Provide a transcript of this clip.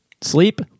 Sleep